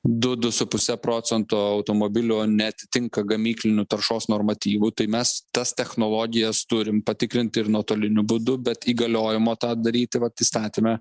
du du su puse procento automobilio neatitinka gamyklinių taršos normatyvų tai mes tas technologijas turim patikrinti ir nuotoliniu būdu bet įgaliojimo tą daryti vat įstatyme